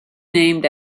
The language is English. named